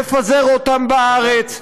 לפזר אותם בארץ,